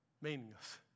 meaningless